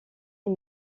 les